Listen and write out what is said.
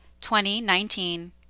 2019